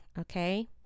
okay